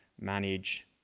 manage